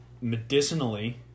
medicinally